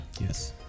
Yes